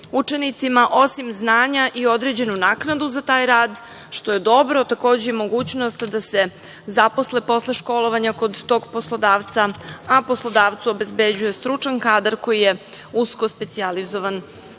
učenicima osim znanja i određenu naknadu za taj rad, što je dobro, takođe i mogućnost da se zaposle posle školovanja kod tog poslodavca, a poslodavcu obezbeđuje stručan kadar koji je usko specijalizova za